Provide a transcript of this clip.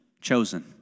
chosen